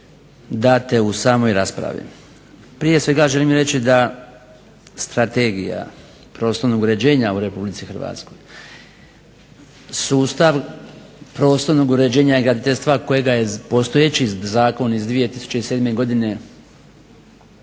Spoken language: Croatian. date u samoj raspravi. Prije svega želim reći da strategija prostornog uređenja u Republici Hrvatskoj sustav prostornog uređenja i graditeljstva kojega je postojeći Zakon iz 2007. godine